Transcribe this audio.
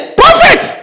perfect